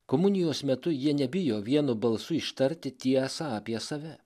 komunijos metu jie nebijo vienu balsu ištarti tiesą apie save